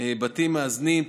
בתים מאזנים,